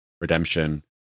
redemption